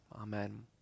Amen